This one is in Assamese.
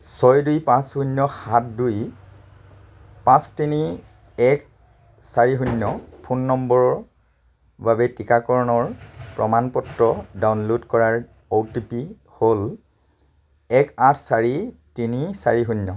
ছয় দুই পাঁচ শূন্য সাত দুই পাঁচ তিনি এক চাৰি শূন্য ফোন নম্বৰৰ বাবে টিকাকৰণৰ প্ৰমাণ পত্ৰ ডাউনলোড কৰাৰ অ' টি পি হ'ল এক আঠ চাৰি তিনি চাৰি শূন্য